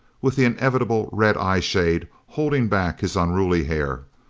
with the inevitable red eyeshade holding back his unruly hair.